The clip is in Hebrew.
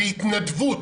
בהתנדבות.